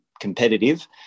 competitive